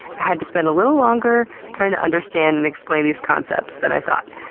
had to spend a little longer trying to understand and explain these concepts than i thought.